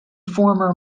former